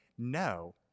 No